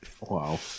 Wow